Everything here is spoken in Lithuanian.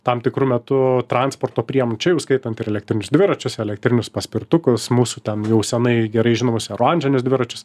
tam tikru metu transporto priemonių čia jau įskaitant ir elektrinius dviračius elektrinius paspirtukus mūsų ten jau senai gerai žinomus oranžinius dviračius